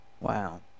Wow